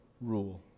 rule